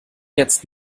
jetzt